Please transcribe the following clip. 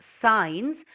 signs